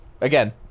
again